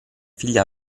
figlia